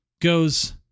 goes